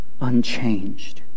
unchanged